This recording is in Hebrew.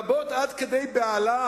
רבות עד כדי בהלה,